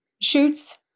shoots